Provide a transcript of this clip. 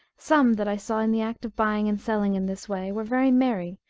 some that i saw in the act of buying and selling in this way, were very merry,